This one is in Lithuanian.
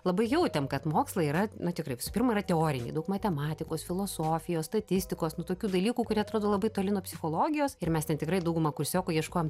labai jautėm kad mokslai yra na tikrai visų pirma yra teoriniai daug matematikos filosofijos statistikos nu tokių dalykų kurie atrodo labai toli nuo psichologijos ir mes ten tikrai dauguma kursiokų ieškojom